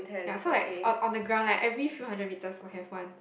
ya so like on on the ground like every few metres will have one